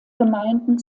gemeinden